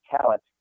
talent